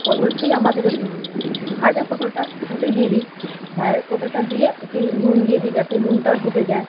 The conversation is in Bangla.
পটল সেই আমাদের ভাঁজা পটলটা ওতেই দিয়ে দিই ভাঁজার পটলটা দিয়ে ওতে নুন দিয়ে দিই যাতে নুনটা ঢুকে যায়